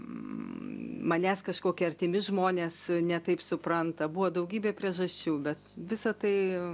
manęs kažkokie artimi žmonės ne taip supranta buvo daugybė priežasčių bet visa tai